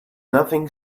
nothing